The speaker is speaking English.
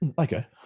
okay